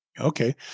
Okay